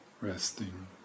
resting